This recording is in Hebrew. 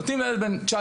נותנים לילד בן 19,